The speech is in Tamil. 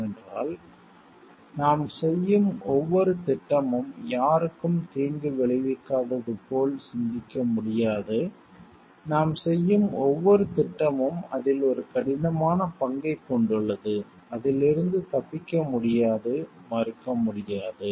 ஏனென்றால் நாம் செய்யும் ஒவ்வொரு திட்டமும் யாருக்கும் தீங்கு விளைவிக்காதது போல் சிந்திக்க முடியாது நாம் செய்யும் ஒவ்வொரு திட்டமும் அதில் ஒரு கடினமான பங்கைக் கொண்டுள்ளது அதில் இருந்து தப்பிக்க முடியாது மறுக்க முடியாது